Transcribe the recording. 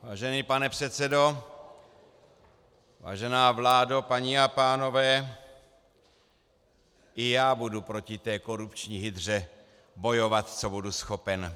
Vážený pane předsedo, vážená vládo, paní a pánové, i já budu proti té korupční hydře bojovat, co budu schopen.